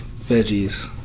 veggies